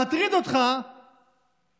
מטריד אותך שחושבים,